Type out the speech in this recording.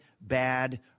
bad